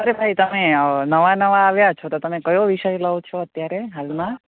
અરે ભાઈ તમે નવા નવા આવ્યા છો તો તમે કયો વિષય લો છો અત્યારે હાલમાં